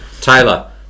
Taylor